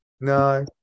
No